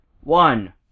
One